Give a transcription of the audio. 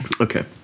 Okay